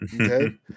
okay